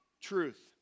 truth